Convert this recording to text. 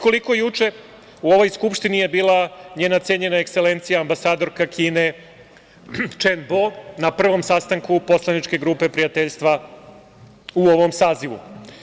Koliko juče u ovoj Skupštini je bila njena cenjen ekselencija ambasadorka Kine Čen Bo na prvom sastanku poslaničke grupe prijateljstva u ovom sazivu.